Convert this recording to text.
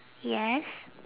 yes